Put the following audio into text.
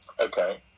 okay